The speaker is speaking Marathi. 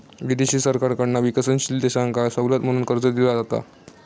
विदेशी सरकारकडना विकसनशील देशांका सवलत म्हणून कर्ज दिला जाता